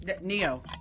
Neo